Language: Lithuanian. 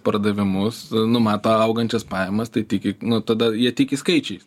pardavimus numato augančias pajamas tai tiki nu tada jie tiki skaičiais